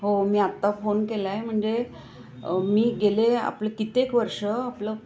हो मी आत्ता फोन केलाय म्हंजे मी गेले आपलं कितेक वर्ष आपलं